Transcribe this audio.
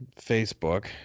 Facebook